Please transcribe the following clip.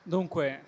Dunque